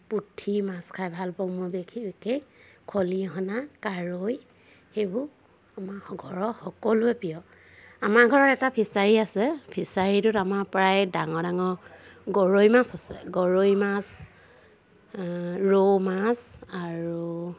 পুঠি মাছ খাই ভালপাওঁ মই বিশেষ বিশেষ খলিহনা কাৰৈ সেইবোৰ আমাৰ ঘৰৰ সকলোৰে প্ৰিয় আমাৰ ঘৰত এটা ফিছাৰী আছে ফিছাৰীটোত আমাৰ প্ৰায় ডাঙৰ ডাঙৰ গৰৈ মাছ আছে গৰৈ মাছ ৰৌ মাছ আৰু